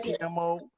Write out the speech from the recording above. camo